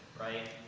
right?